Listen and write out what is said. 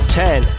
ten